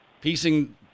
piecing